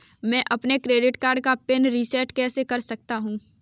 मैं अपने credit card का पिन रिसेट कैसे कर सकता हूँ?